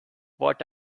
what